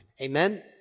Amen